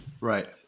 Right